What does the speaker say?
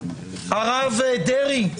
"הרב דרעי,